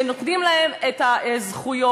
שנותנים להן את הזכויות.